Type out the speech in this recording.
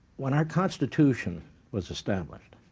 when our constitution was established,